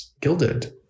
gilded